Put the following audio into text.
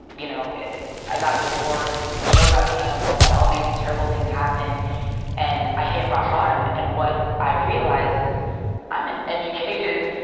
you know i got divorced, my show got canceled. had all these terrible things happen and i hit rock-bottom. and what i realized is i'm an educated,